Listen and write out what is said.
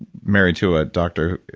married to a doctor,